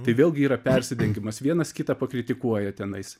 tai vėlgi yra persidengimas vienas kitą pakritikuoja tenais